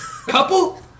couple